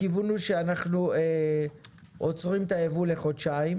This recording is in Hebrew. הכיוון הוא שאנחנו עוצרים את היבוא לחודשיים.